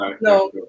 No